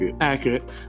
Accurate